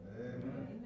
Amen